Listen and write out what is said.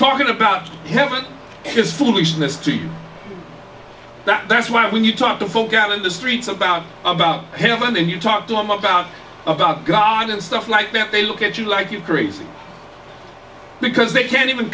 talking about heaven is foolishness to that's why when you talk to folks in the streets about about him and you talk to them about about god and stuff like that they look at you like you're crazy because they can't even